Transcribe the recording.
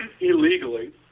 illegally